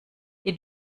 ihr